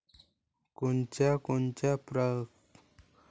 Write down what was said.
कोनच्या कोनच्या परकारं खात उघडता येते?